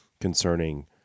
concerning